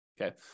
okay